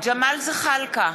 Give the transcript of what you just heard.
ג'מאל זחאלקה,